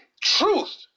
truth